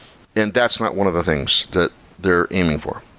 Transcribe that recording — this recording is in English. and that's not one of the things that they're aiming for.